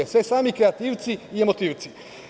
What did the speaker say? Sve sami kreativci i emotivci.